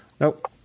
Nope